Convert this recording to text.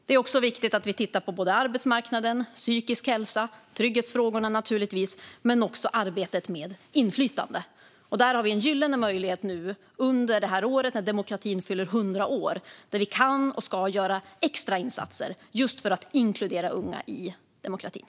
Det är viktigt att vi tittar på arbetsmarknaden, psykisk hälsa, trygghetsfrågorna och även arbetet med inflytande. Där har vi en gyllene möjlighet nu under det här året när demokratin fyller 100 år, då vi kan och ska göra extra insatser just för att inkludera unga i demokratin.